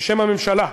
בשם הממשלה,